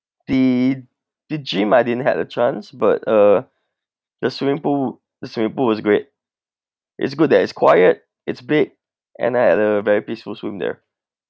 the the gym I didn't had a chance but uh the swimming pool the swimming pool was great it's good that it's quiet it's big and I had a very peaceful swim there